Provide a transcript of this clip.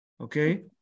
okay